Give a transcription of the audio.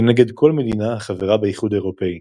כנגד כל מדינה החברה באיחוד האירופי,